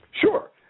sure